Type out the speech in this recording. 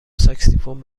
ساکسیفون